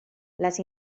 les